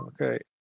Okay